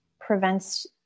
prevents